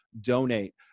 donate